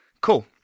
Cool